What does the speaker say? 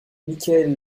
michael